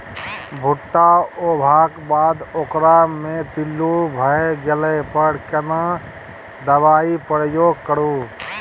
भूट्टा होबाक बाद ओकरा मे पील्लू भ गेला पर केना दबाई प्रयोग करू?